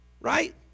Right